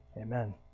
Amen